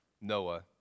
Noah